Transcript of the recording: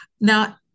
now